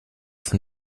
von